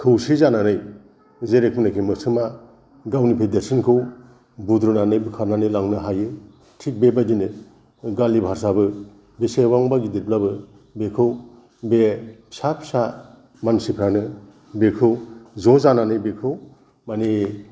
खौसे जानानै जेरैनोखि मोस्रोमा गावनिफ्राय देरसिनखौ बुद्रुनानै बोखारनानै लांनो हायो थिक बेबायदिनो गालिभार्स आबो बेसेबांबा गिदिरब्लाबो बेखौ बे फिसा फिसा मानसिफोरानो बेखौ ज' जानानै बेखौ माने